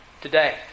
Today